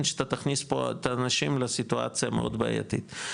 שאתה תכניס פה את האנשים לסיטואציה מאוד בעייתית.